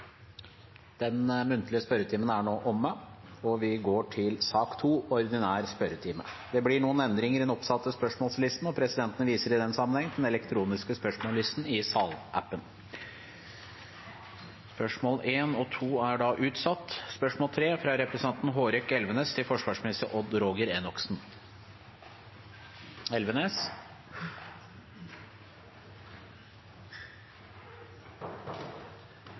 Den muntlige spørretimen er nå omme. Det blir noen endringer i den oppsatte spørsmålslisten, og presidenten viser i den sammenheng til den elektroniske spørsmålslisten i salappen. Endringene var som følger: Spørsmål 1, fra representanten Rasmus Hansson til fiskeri- og havministeren, må utsettes til neste spørretime da statsråden er bortreist. Spørsmål 2, fra representanten Ingjerd Schou til